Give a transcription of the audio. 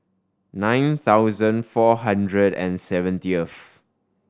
nine thousand four hundred and seventieth